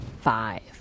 five